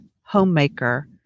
homemaker